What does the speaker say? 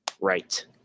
Right